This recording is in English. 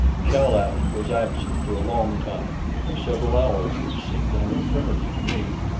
chal-az was absent for a long time several hours which seemed an eternity to me.